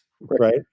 Right